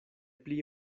pli